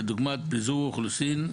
כדוגמת פיזור אוכלוסין,